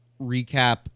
recap